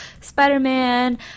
spider-man